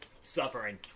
Suffering